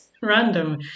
Random